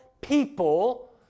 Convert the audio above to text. people